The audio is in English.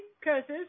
curses